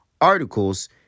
articles